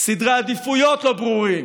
סדרי העדיפויות לא ברורים.